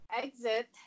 exit